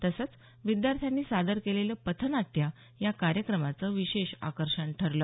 तसंच विद्यार्थ्यांनी सादर केलेलं पथनाट्य या कार्यक्रमाचं विशेष आकर्षण ठरलं